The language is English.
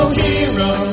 hero